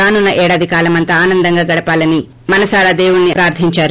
రానున్న ఏడాది కాలమంతా ఆనందంగా గడవాలని మనసారా దేవుడిని ప్రార్గించారు